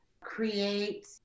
create